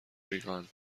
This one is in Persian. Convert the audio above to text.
ریگان